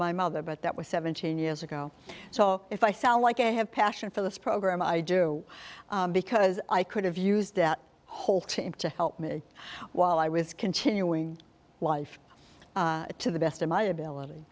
my mother but that was seventeen years ago so if i sound like i have passion for this program i do because i could have used that whole to him to help me while i was continuing wife to the best of my ability